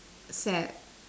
sad